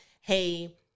hey